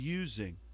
using